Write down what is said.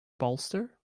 bolster